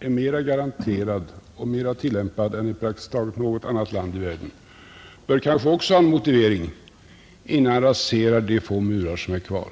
är mera garanterad och mera tillämpad än i praktiskt taget något annat land i världen bör kanske också ha en motivering, innan han raserar de få murar som finns kvar.